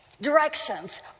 directions